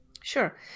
Sure